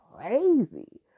crazy